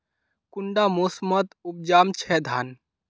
कुंडा मोसमोत उपजाम छै धान?